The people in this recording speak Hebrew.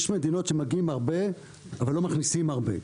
יש מדינות שמגיעים הרבה, אבל לא מכניסים הרבה.